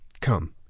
Come